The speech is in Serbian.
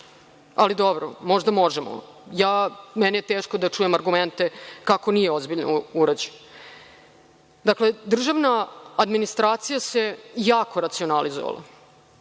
Ali, dobro, možda možemo. Meni je teško da čujem argumente kako nije ozbiljno urađen. Dakle, državna administracija se jako racionalizovala.